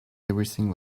everything